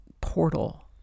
portal